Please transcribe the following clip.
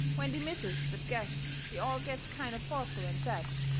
when they misses that guess they all gets kind of thoughtful and sad.